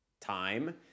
time